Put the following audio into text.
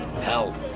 Hell